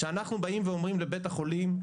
כשאנחנו באים ואומרים לבית החולים,